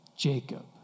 Jacob